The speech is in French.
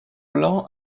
blanc